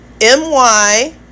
M-Y